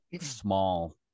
small